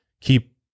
keep